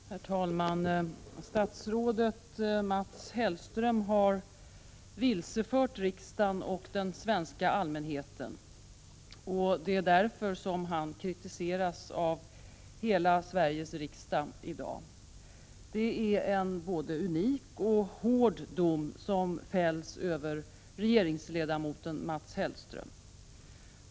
Herr talman! Statsrådet Mats Hellström har vilsefört riksdagen och den svenska allmänheten, och det är därför som han kritiseras av hela Sveriges riksdag i dag. Det är en både unik och hård dom som fälls över regeringsledamoten Mats Hellström.